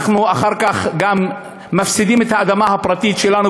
אנחנו אחר כך גם מפסידים את האדמה הפרטית שלנו,